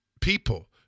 people